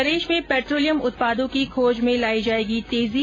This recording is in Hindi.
प्रदेश में पेट्रोलियम उत्पादों की खोज में लाई जाएगी तेजी